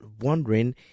wondering